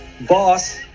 boss